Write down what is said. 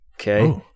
Okay